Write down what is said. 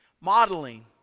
Modeling